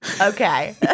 Okay